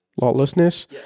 lawlessness